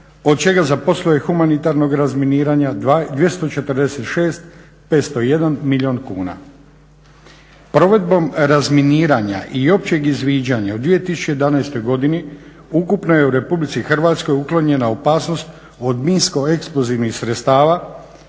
od čega za poslove humanitarnog razminiranja 246 501 milijun kuna. Provedbom razminiranja i općeg izviđanja u 2011. godini ukupno je u Republici Hrvatskoj uklonjena opasnost od minsko eksplozivnih sredstava